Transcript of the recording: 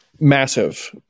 Massive